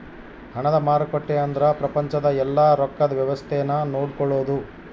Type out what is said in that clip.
ಹಣದ ಮಾರುಕಟ್ಟೆ ಅಂದ್ರ ಪ್ರಪಂಚದ ಯೆಲ್ಲ ರೊಕ್ಕದ್ ವ್ಯವಸ್ತೆ ನ ನೋಡ್ಕೊಳೋದು